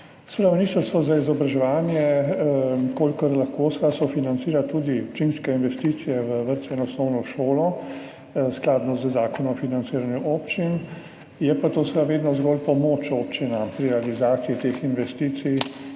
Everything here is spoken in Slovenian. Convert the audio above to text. Ministrstvo za izobraževanje, kolikor lahko, seveda sofinancira tudi občinske investicije v vrtce in osnovno šolo, v skladu z Zakonom o financiranju občin. Je pa to seveda vedno zgolj pomoč občinam pri realizaciji teh investicij,